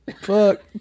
Fuck